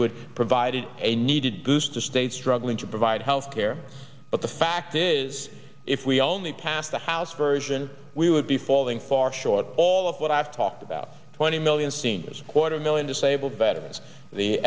would provide a needed boost to states struggling to provide health care but the fact is if we only passed the house version we would be falling far short all of what i've talked about twenty million seniors a quarter million disabled veterans the